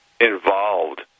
involved